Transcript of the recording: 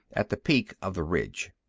at the peak of the ridge.